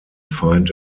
find